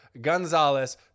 Gonzalez